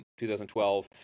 2012